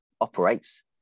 operates